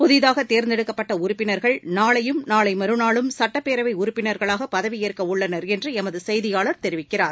புதிதாக தேர்ந்தெடுக்கப்பட்ட உறுப்பினர்கள் நாளையும் நாளை மறுநாளும் சுட்டப்பேரவை உறுப்பினர்களாக பதவியேற்கவுள்ளனர் என்று எமது செய்தியாளர் தெரிவிக்கிறார்